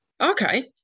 okay